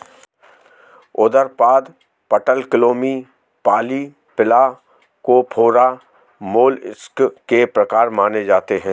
उदरपाद, पटलक्लोमी, polyplacophora, mollusc के प्रकार माने जाते है